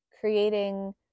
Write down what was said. creating